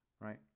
right